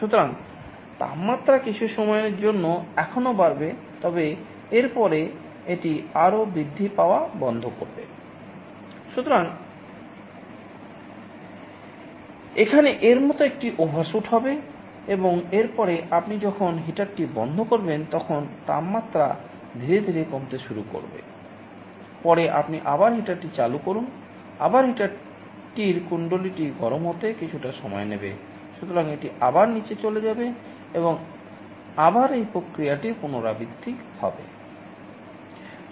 সুতরাং তাপমাত্রা কিছু সময়ের জন্য এখনও বাড়বে তবে এরপরে এটি আরও বৃদ্ধি পাওয়া বন্ধ করবে